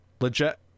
legit